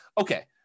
Okay